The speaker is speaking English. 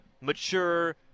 mature